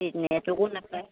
নেটৱৰ্কো নাপায়